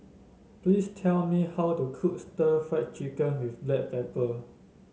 please tell me how to cook Stir Fried Chicken with Black Pepper